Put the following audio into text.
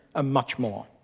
ah much more.